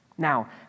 Now